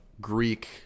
Greek